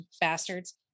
Bastards